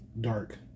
dark